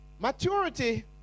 Maturity